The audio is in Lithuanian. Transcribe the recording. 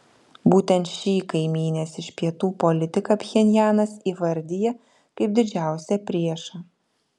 būtent šį kaimynės iš pietų politiką pchenjanas įvardija kaip didžiausią priešą